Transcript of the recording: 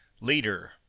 Leader